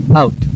out